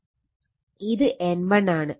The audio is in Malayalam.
ഇത് N1 ആണ്